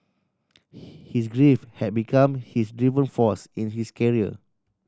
his grief had become his driving force in his career